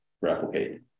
replicate